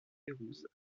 pérouse